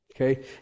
Okay